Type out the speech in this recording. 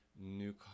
new